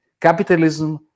capitalism